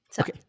Okay